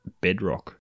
Bedrock